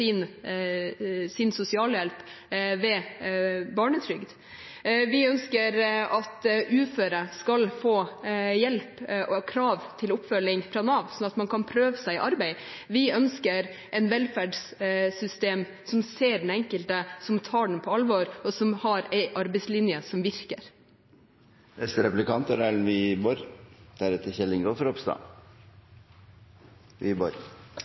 sin sosialhjelp ved barnetrygd. Vi ønsker at uføre skal få krav på oppfølging fra Nav slik at man kan prøve seg i arbeid. Vi ønsker et velferdssystem som ser den enkelte, som tar den enkelte på alvor, og som har en arbeidslinje som